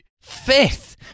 Fifth